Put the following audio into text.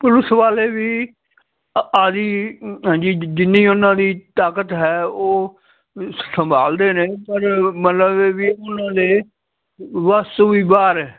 police ਵਾਲੇ ਵੀ ਆਪਦੀ ਜੀ ਜਿੰਨੀ ਉਹਨਾਂ ਦੀ ਤਾਕਤ ਹੈ ਉਹ ਸੰਭਾਲਦੇ ਨੇ ਪਰ ਮਤਲਬ ਵੀ ਉਹਨਾਂ ਦੇ ਵੱਸ ਤੋਂ ਵੀ ਬਾਹਰ ਹੈ